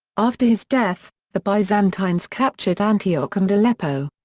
after his death, the byzantines captured antioch and aleppo.